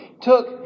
took